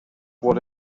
what